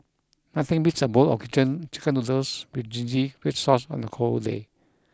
nothing beats a bowl of kitchen chicken noodles with zingy red sauce on the cold day